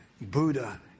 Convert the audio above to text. Buddha